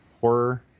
horror